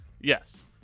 Yes